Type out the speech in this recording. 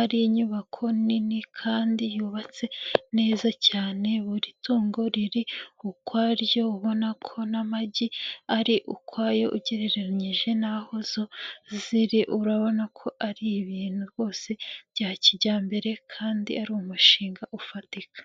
ari inyubako nini kandi yubatse neza cyane, buri tungo riri ukwaryo, ubona ko n'amagi ari ukwayo, ugereranyije n'aho zo ziri urabona ko ari ibintu rwose bya kijyambere kandi ari umushinga ufatika.